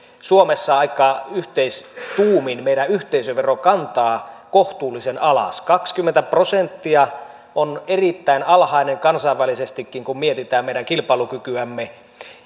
suomessa aika yhteistuumin meidän yhteisöverokantaamme kohtuullisen alas kaksikymmentä prosenttia on erittäin alhainen kansainvälisestikin kun mietitään meidän kilpailukykyämme